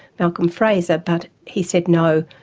malcolm fraser, but he said no,